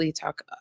talk